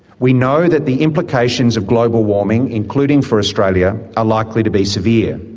we know that the implications of global warming, including for australia, are likely to be severe.